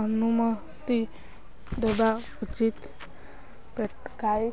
ଅନୁମତି ଦେବା ଉଚିତ୍ ଗାଈ